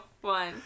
one